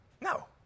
No